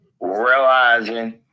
Realizing